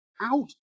out